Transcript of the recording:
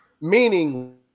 Meaning